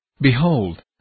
Behold